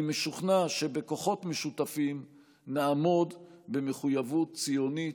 אני משוכנע שבכוחות משותפים נעמוד במחויבות ציונית,